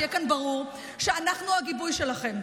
שיהיה כאן ברור שאנחנו הגיבוי שלכם.